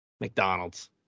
mcdonald's